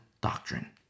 doctrine